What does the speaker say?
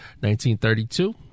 1932